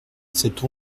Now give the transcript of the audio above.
cette